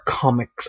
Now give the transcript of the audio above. comics